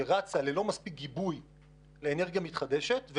שרצה לאנרגיה מתחדשת ללא מספיק גיבוי,